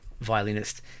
violinist